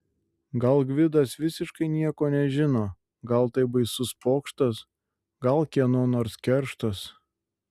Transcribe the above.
gal gvidas visiškai nieko nežino gal tai baisus pokštas gal kieno nors kerštas